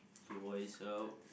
to voice out